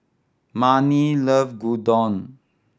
Mannie love Gyudon